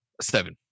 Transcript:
seven